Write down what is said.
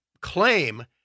claim